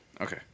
Okay